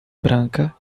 branca